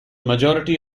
majority